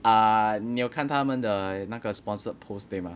ah 你有看他们的那个 sponsored posts 对 mah